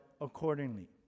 accordingly